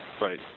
right